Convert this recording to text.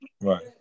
Right